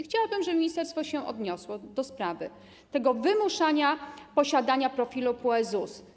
Chciałabym, żeby ministerstwo się odniosło do sprawy wymuszania posiadania profilu PUE ZUS.